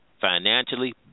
financially